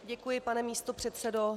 Děkuji, pane místopředsedo.